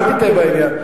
אל תטעה בעניין.